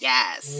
Yes